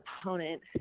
opponent